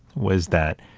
was that